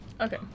Okay